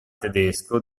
tedesco